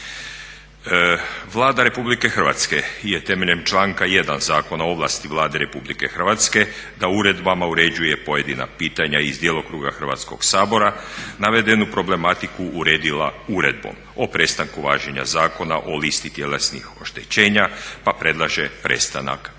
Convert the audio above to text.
Vlada RH je temeljem članka 1. Zakona o ovlasti Vlade RH da uredbama uređuje pojedina pitanja iz djelokruga Hrvatskog sabora navedenu problematiku uredila Uredbom o prestanku važenja Zakona o listi tjelesnih oštećenja, pa predlaže prestanak važenja